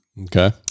Okay